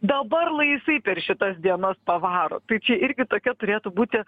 dabar lai jisai per šitas dienas pavaro tai čia irgi tokia turėtų būti